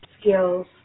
skills